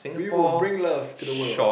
we will bring love to the world